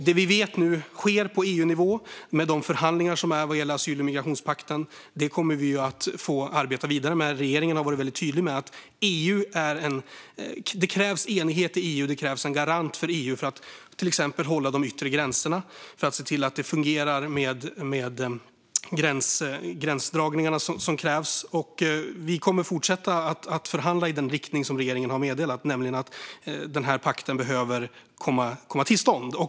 Det vi nu vet sker på EU-nivå med de förhandlingar som förs angående asyl och migrationspakten kommer vi att få arbeta vidare med. Regeringen har varit väldigt tydlig med att det krävs enighet i EU. Det krävs en garant för att EU till exempel ska hålla de yttre gränserna och se till att det fungerar med de gränsdragningar som krävs. Vi kommer att fortsätta att förhandla i den riktning som regeringen har meddelat, nämligen att den här pakten behöver komma till stånd.